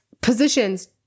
positions